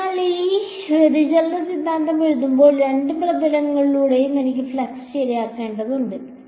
അതിനാൽ ഞാൻ ഈ വ്യതിചലന സിദ്ധാന്തം എഴുതുമ്പോൾ രണ്ട് പ്രതലങ്ങളിലൂടെയും എനിക്ക് ഫ്ലക്സ് ശരിയാക്കേണ്ടതുണ്ട്